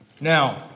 Now